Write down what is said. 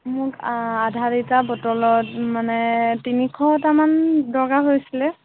মোক আধা লিটাৰ বটলত মানে তিনিশটামান দৰকাৰ হৈছিলে